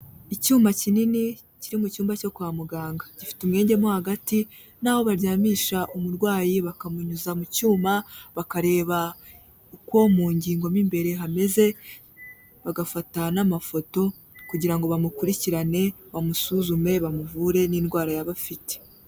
Icyuma kinini kiri mu cyumba cyo kwa muganga. Gifite umwenge mo hagati n'aho bajyamisha umurwayi bakamunyuza mu cyuma bakareba uko mu ngingo mo imbere hameze, bagafata n'amafoto kugira ngo bamukurikirane, bamusuzume, bamuvure n'indwara yaba afite.